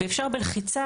ואפשר בלחיצה,